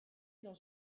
dans